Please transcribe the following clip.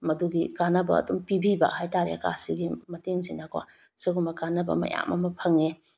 ꯃꯗꯨꯒꯤ ꯀꯥꯟꯅꯕ ꯑꯗꯨꯝ ꯄꯤꯕꯤꯕ ꯍꯥꯏꯇꯔꯦ ꯀꯥꯔꯗꯁꯤꯒꯤ ꯃꯇꯦꯡꯁꯤꯅꯀꯣ ꯁꯤꯒꯨꯝꯕ ꯀꯥꯟꯅꯕ ꯃꯌꯥꯝ ꯑꯃ ꯐꯪꯉꯦ